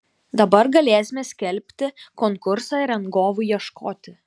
dabar galėsime skelbti konkursą rangovui ieškoti